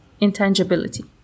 Intangibility